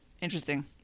interesting